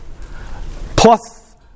plus